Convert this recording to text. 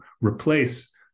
replace